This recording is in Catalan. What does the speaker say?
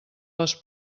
les